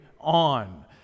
on